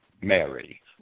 Mary